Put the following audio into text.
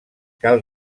cal